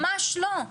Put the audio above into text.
ממש לא.